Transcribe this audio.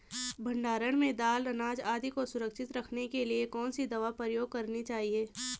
भण्डारण में दाल अनाज आदि को सुरक्षित रखने के लिए कौन सी दवा प्रयोग करनी चाहिए?